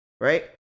right